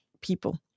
people